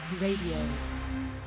Radio